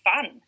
fun